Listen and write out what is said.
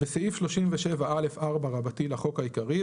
בסעיף 37א4 לחוק העיקרי,